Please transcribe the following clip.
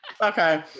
Okay